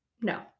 No